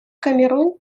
камерун